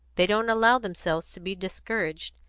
they don't allow themselves to be discouraged.